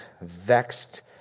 vexed